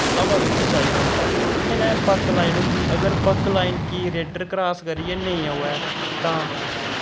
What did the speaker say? हवा बिच चाहिदा होंदा इ'यां नै बक लाइन होंदी अगर बक लाइन क रेडर क्रास करियै नेईं आवै तां